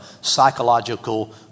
psychological